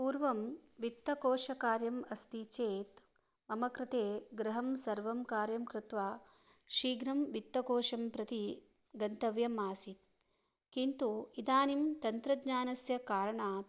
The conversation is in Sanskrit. पूर्वं वित्तकोशकार्यम् अस्ति चेत् मम कृते गृहं सर्वं कार्यं कृत्वा शीघ्रं वित्तकोशं प्रति गन्तव्यम् आसीत् किन्तु इदानीं तन्त्रज्ञानस्य कारणात्